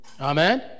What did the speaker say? Amen